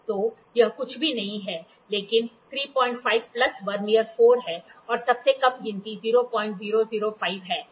तो यह कुछ भी नहीं है लेकिन 35 प्लस वर्नियर 4 है और सबसे कम गिनती 0005 है